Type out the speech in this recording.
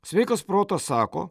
sveikas protas sako